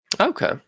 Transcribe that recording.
Okay